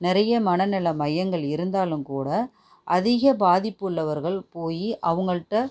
நிறைய மனநிலம் மையங்கள் இருந்தாலும் கூட அதிக பாதிப்பு உள்ளவர்கள் போய் அவங்கள்ட